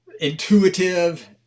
intuitive